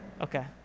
okay